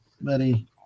buddy